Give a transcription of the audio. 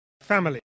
family